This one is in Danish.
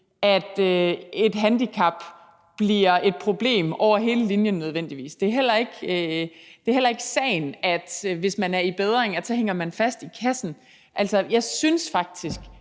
at et handicap bliver et problem over hele linjen nødvendigvis. Det er heller ikke sagen, at hvis man er i bedring, sidder man fast i en kasse. Altså, jeg synes faktisk,